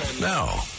Now